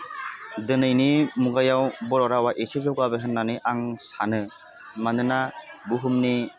दोनैनि मुगायाव बर' रावा एसे जौगा होन्नानै आं सानो मानोना बुहुमनि